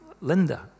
Linda